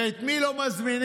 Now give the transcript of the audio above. ואת מי לא מזמינים?